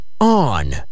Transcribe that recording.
on